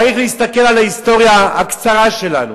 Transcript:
צריך להסתכל על ההיסטוריה הקצרה שלנו.